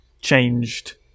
changed